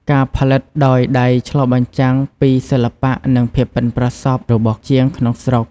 ការផលិតដោយដៃឆ្លុះបញ្ចាំងពីសិល្បៈ និងភាពប៉ិនប្រសប់របស់ជាងក្នុងស្រុក។